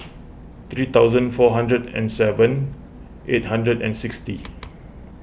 three thousand four hundred and seven eight hundred and sixty